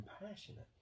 compassionate